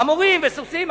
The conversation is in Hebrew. חמורים, סוסים.